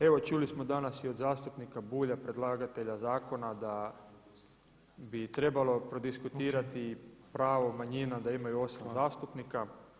Evo čuli smo danas i od zastupnika Bulja predlagatelja zakona da bi trebalo prodiskutirati pravo manjina da imaju 8 zastupnika.